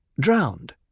Drowned